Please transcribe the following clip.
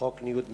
חוק ניוד מספרים.